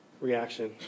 reaction